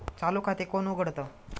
चालू खाते कोण उघडतं?